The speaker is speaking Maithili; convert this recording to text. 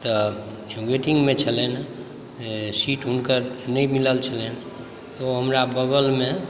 तऽ वेटिंगमे छलनि सीट हुनकर नहि मिलल छलनि ओ हमरा बगलमे